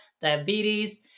diabetes